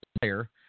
player